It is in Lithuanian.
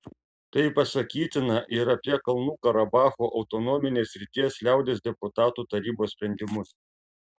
tai pasakytina ir apie kalnų karabacho autonominės srities liaudies deputatų tarybos sprendimus